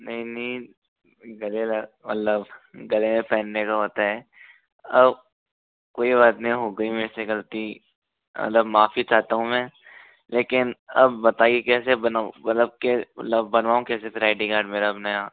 नहीं नहीं गले लग मतलब गले में पहनने को होता है अब कोई बात नहीं हो गई मेरे से गलती मतलब माफ़ी चाहता हूँ मैं लेकिन अब बताइए कैसे बनाऊं मतलब के मतलब बनवाऊं कैसे आई डी कार्ड अपना नया